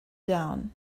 down